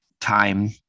time